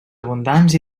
abundants